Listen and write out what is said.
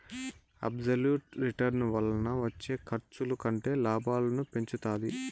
absolute return వలన వచ్చే ఖర్చుల కంటే లాభాలను పెంచుతాది